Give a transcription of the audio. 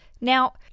Now